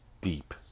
deep